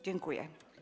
Dziękuję.